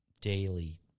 daily